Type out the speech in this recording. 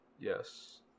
Yes